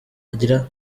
agira